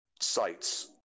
sites